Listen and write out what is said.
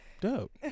dope